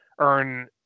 earn